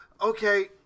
okay